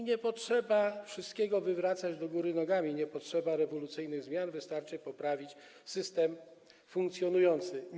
Nie potrzeba wszystkiego wywracać do góry nogami, nie potrzeba rewolucyjnych zmian, wystarczy poprawić funkcjonujący system.